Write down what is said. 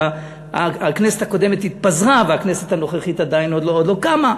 כשהכנסת הקודמת התפזרה והכנסת הנוכחית עדיין לא קמה.